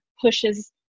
pushes